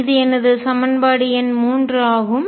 இது எனது சமன்பாடு எண் 3ஆகும்